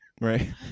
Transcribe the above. right